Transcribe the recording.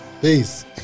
Peace